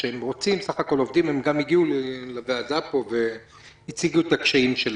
הם גם הגיעו לוועדה פה והציגו את הקשיים שלהם.